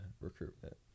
recruitment